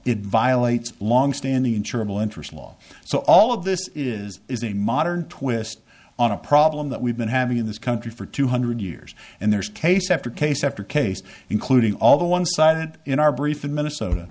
it violates longstanding insurable interest law so all of this is is a modern twist on a problem that we've been having in this country for two hundred years and there's case after case after case including all the one sided in our brief in minnesota